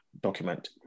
document